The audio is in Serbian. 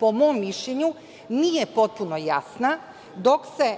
po mom mišljenju nije potpuno jasna. Dok se